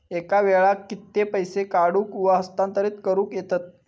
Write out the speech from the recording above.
एका वेळाक कित्के पैसे काढूक व हस्तांतरित करूक येतत?